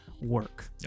work